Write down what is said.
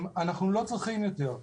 אנחנו לא צריכים יותר.